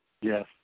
Yes